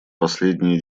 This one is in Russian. последние